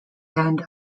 end